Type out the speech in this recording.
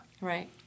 Right